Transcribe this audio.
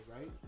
right